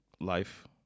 life